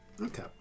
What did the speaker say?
Okay